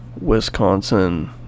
Wisconsin